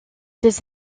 des